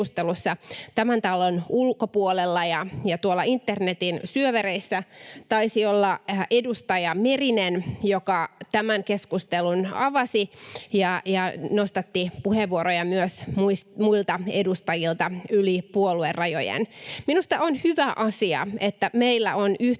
tämän talon ulkopuolella. Internetin syövereissä taisi olla edustaja Merinen, joka tämän keskustelun avasi ja nostatti puheenvuoroja myös muilta edustajilta yli puoluerajojen. Minusta on hyvä asia, että meillä on yhteinen